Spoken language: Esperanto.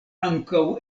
ankaŭ